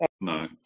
No